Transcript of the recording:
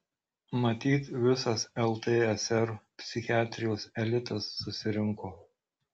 matyt visas ltsr psichiatrijos elitas susirinko